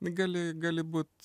gali gali būt